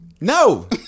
No